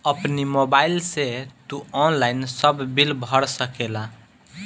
अपनी मोबाइल से तू ऑनलाइन सब बिल भर सकेला